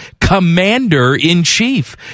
commander-in-chief